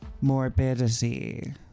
Morbidity